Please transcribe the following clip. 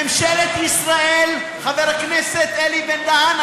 ממשלת ישראל, חבר הכנסת אלי בן-דהן.